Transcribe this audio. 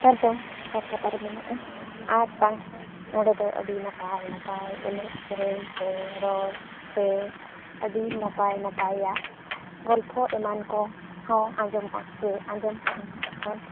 ᱱᱮᱛᱟᱨ ᱫᱚ ᱠᱳᱞᱠᱟᱛᱟᱨᱮ ᱢᱮᱱᱟᱜᱼᱟ ᱟᱨ ᱵᱟᱝ ᱚᱸᱰᱮ ᱫᱚ ᱟᱹᱰᱤ ᱱᱟᱯᱟᱭ ᱱᱟᱯᱟᱭ ᱮᱱᱮᱡ ᱥᱮᱨᱮᱧ ᱥᱮ ᱨᱚᱲ ᱥᱮ ᱟᱹᱰᱤ ᱱᱟᱯᱟᱭ ᱱᱟᱯᱟᱭᱟᱜ ᱜᱚᱞᱯᱚ ᱮᱢᱟᱱ ᱠᱚᱦᱚᱸ ᱟᱸᱡᱚᱢᱚᱜᱼᱟ ᱡᱮ ᱟᱸᱡᱚᱢ ᱛᱟᱦᱮᱱ ᱵᱚᱱ